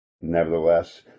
Nevertheless